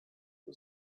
the